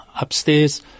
upstairs